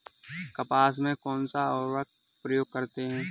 कपास में कौनसा उर्वरक प्रयोग करते हैं?